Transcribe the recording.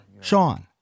Sean